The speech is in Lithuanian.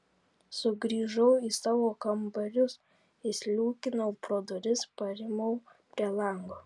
sugrįžau į savo kambarius įsliūkinau pro duris parimau prie lango